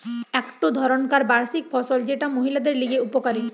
একটো ধরণকার বার্ষিক ফসল যেটা মহিলাদের লিগে উপকারী